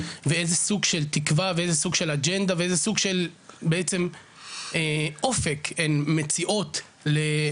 ואיזה סוג של תקווה ואיזה סוג של אג'נדה ואיזה אופק הן מציעות לצעירות,